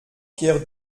pierre